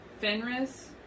Fenris